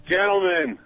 Gentlemen